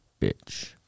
bitch